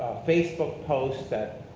facebook post that,